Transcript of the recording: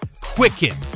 quicken